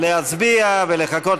אני מזמין את